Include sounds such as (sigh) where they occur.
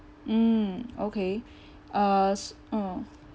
mm okay (breath) uh s~ oh